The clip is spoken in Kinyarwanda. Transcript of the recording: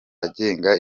agenga